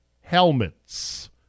Helmets